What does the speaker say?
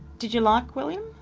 did you like william?